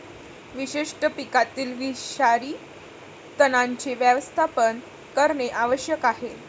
विशेषतः पिकातील विषारी तणांचे व्यवस्थापन करणे आवश्यक आहे